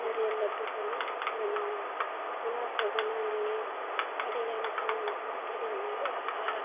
ᱱᱟᱨᱤᱠᱮᱞ ᱞᱟᱹᱰᱩ ᱠᱚᱞᱮ ᱵᱮᱱᱟᱣᱟ ᱚᱱᱟ ᱠᱚ ᱵᱮᱱᱟᱣ ᱞᱟᱹᱜᱤᱫ ᱟᱹᱰᱤ ᱜᱟᱱ ᱥᱟᱢᱟᱱ ᱠᱚ ᱠᱤᱨᱤᱧ ᱦᱩᱭᱩᱜᱼᱟ ᱟᱨ